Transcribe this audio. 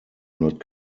not